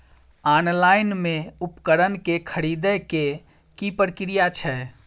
Online मे उपकरण केँ खरीदय केँ की प्रक्रिया छै?